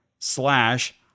Slash